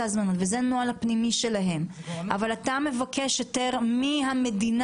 ההזמנות וזה הנוהל הפנימי שלהם אבל אתה מבקש היתר מהמדינה